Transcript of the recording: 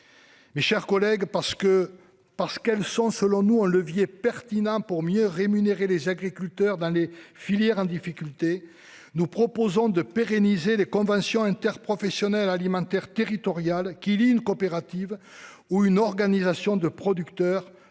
Mes chers collègues, parce qu'elles sont, selon nous, un levier pertinent pour mieux rémunérer les agriculteurs dans les filières en difficulté, nous proposons de pérenniser les conventions interprofessionnelles alimentaires territoriales qui lient une coopérative ou une organisation de producteurs, un